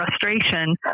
frustration